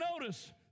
notice